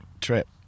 trip